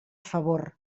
favor